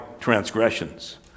transgressions